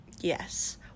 yes